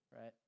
right